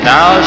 Now